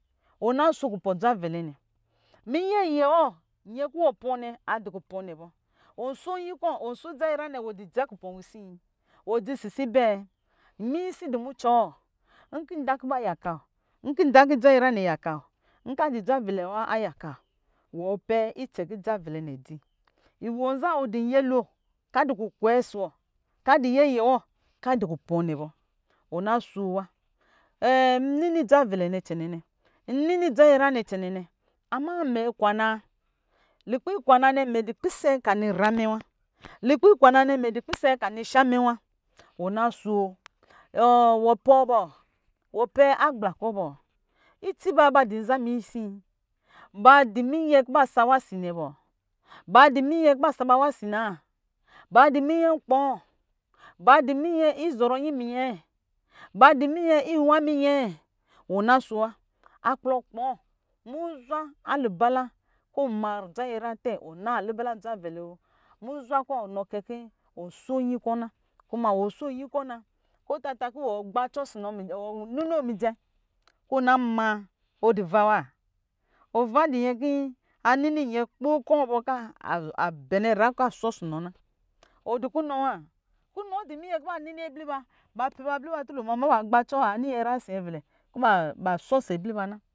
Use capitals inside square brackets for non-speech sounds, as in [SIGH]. Wɔ na sho kubɔ dea vɛlɛ nɛ minyɛ yɛ wɔ nyɛ kɔ wɔ pɔɔ nɛ adɔ kupɔ nɛ bɔ wɔ sho nyi kɔ wɔ shodza nyinyra nɛ wɔ kupɔ wisi wɔ dzi sisi bɛ miyisi dɔ mucɔ wɔ nkɔ nda kɔ ba yaka wɔ nkɔ nda kɔ dzanyinyra nɛ yaka wɔ nkɔ adu dza vɛle aya ka wɔ wɔ pɛ icɛn kɔ dza vɛlɛ dɔinɛ iwɔ za wɔ duna yɛlo ka du kukwɛ ɔsɔ wɔ kaa dɔ yɛyɛ wɔ kɔ a dɔ kupɔ nɛ bɔ wɔ na sho wa [HESITATION] niini dza vɛlɛ nɛ cɛnɛ na nnini dzanyinyra nɛ cɛnɛ na amɛ mɛ kwanaa lukpɛ ikwanaa nɛ mɛ dɔ pisɛ kɔa nɔ nyra mɛ wa lukpɛ ikwa na nɛ mɛ dɔ pisɛ kɔ anɔ shamɛ wa wɔna sho [HESITATION] wɔ pɔɔ bɔ wɔ pɛ agbla kɔ bɔ idsi ba ba dɔ nza miyisi ba dɔ minyɛ kɔ ba sawe si nɛ bɔ ba dɔ muyɛ kɔ ba saba awa si nar ba dɔ miyɛn nkpɔ, ba du muyɛ izɔrɔ nyi minyɛ, bada miyɛ inwa miyɛ ɔna sho wa akpɔ kpɔɔ muzwa aluba la kɔ ɔma dza ninyra ta ɔna lubalawo muzwa ko kɛ kɔ. wɔ na kɔ ɔtata kɔ wɔ gbancɔ ɔsɔ majɛ wɔ nuno mijɛ kɔ ɔna maa ova wa ova dɔ nyɛ kɔ a nini nyɛ kɔɔ bɔ kɔ a abɛnɛ nyra kɔ ashɔ ɔsɔ nɔ na, kunɔ wa kunɔ dɔ munyɛ kɔ ba nini abliba ba pɛ ba abliba tulo muna ama ba gba cɔ ani nyɛ nyra zɔɔ nyɛ vɛlɛ kɔ ba shɔ ɔsɔ abliba na